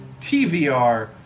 TVR